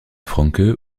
francke